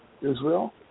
Israel